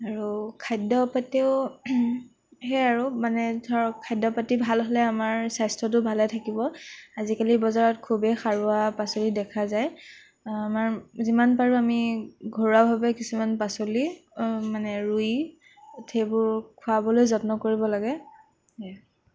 আৰু খাদ্যৰ প্ৰতিও সেই আৰু মানে ধৰক খাদ্য পাতি ভাল হ'লে আমাৰ স্বাস্থ্যটো ভালে থাকিব আজিকালি বজাৰত খুবেই সাৰুৱা পাচলি দেখা যায় আমাৰ যিমান পাৰোঁ আমি ঘৰুৱাভাৱে কিছুমান পাচলি মানে ৰুই সেইবোৰ খোৱাবলৈ যত্ন কৰিব লাগে এয়ে